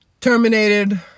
Terminated